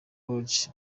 lodge